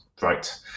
right